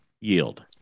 yield